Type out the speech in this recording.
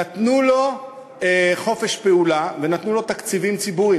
נתנו לו חופש פעולה ונתנו לו תקציבים ציבוריים,